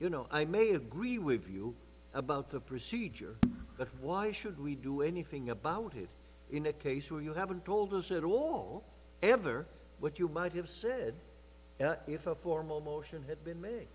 you know i may agree with you about the procedure but why should we do anything about it in a case where you haven't told us at all ever what you might have said if a formal motion it's been m